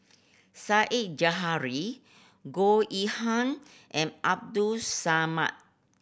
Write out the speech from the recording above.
Said Zahari Goh Yihan and Abdul Samad